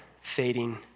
fading